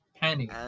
Penny